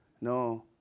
no